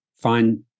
find